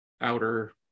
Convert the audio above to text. outer